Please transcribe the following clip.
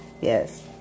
Yes